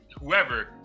whoever